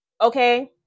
okay